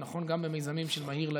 זה נכון גם במיזמים של "מהיר לעיר"